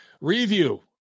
review